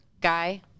guy